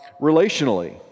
relationally